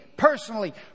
Personally